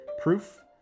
proof